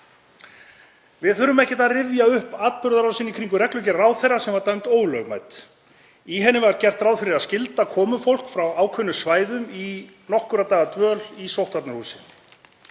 Við þurfum ekkert að rifja upp atburðarásina í kringum reglugerð ráðherra sem var dæmd ólögmæt. Í henni var gert ráð fyrir að skylda komufólk frá ákveðnum svæðum í nokkurra daga dvöl í sóttvarnahúsi.